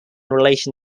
relation